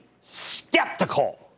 skeptical